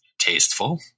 Tasteful